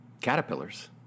caterpillars